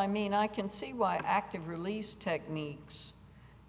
i mean i can see why active release techniques